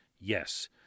Yes